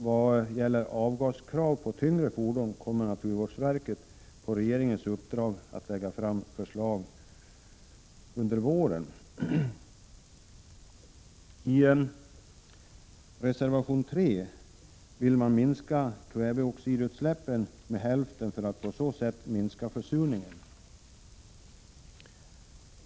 Beträffande avgaskrav när det gäller tyngre fordon kommer naturvårdsverket på regeringens uppdrag att lägga fram förslag under våren. I reservation 3 talas om att man vill minska kväveoxidutsläppen med hälften, för att på så sätt minska försurningen.